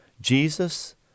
Jesus